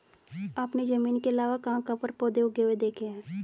आपने जमीन के अलावा कहाँ कहाँ पर पौधे उगे हुए देखे हैं?